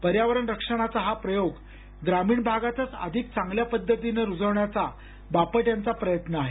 पर्यावरण रक्षणाचा हा प्रयोग ग्रामीण भागातच अधिक चांगल्या पद्धतीनं रुजवण्याचा बापट यांचा प्रयत्न आहे